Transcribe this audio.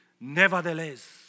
nevertheless